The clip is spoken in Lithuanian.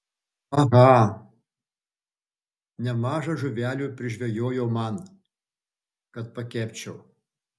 aha nemaža žuvelių prižvejojo man kad pakepčiau